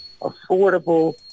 affordable